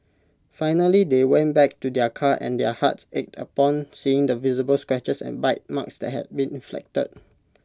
finally they went back to their car and their hearts ached upon seeing the visible scratches and bite marks that had been inflicted